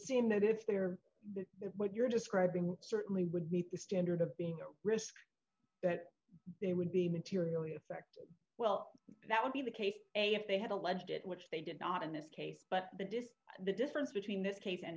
seem that if there is what you're describing certainly would be paid standard of being a risk that they would be materially affected well that would be the case a if they had alleged it which they did not in this case but the disc the difference between this case and